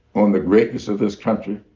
on the greatness of this country.